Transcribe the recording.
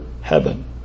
heaven